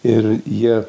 ir jie